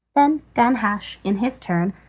then danhasch, in his turn,